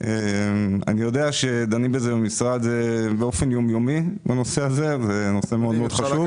אני יודע שדנים בזה במשרד באופן יום יומי וזה נושא מאוד מאוד חשוב.